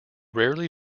rarely